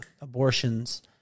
abortions